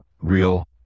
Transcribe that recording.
real